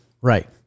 right